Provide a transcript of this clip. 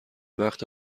وقت